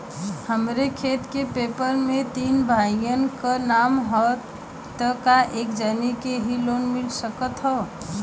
हमरे खेत के पेपर मे तीन भाइयन क नाम ह त का एक जानी के ही लोन मिल सकत ह?